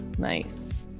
nice